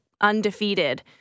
undefeated